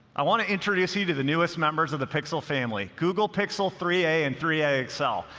i want to introduce you to the newest members of the pixel family, google pixel three a and three a so